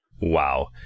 Wow